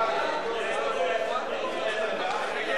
הצעת סיעות העבודה מרצ